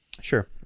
Sure